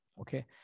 Okay